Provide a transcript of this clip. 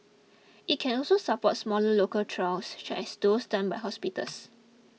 it can also support smaller local trials such as those done by hospitals